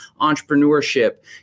entrepreneurship